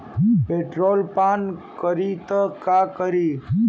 Petrol पान करी त का करी?